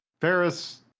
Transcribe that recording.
Ferris